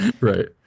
Right